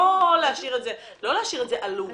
לא להשאיר את זה עלום.